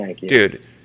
dude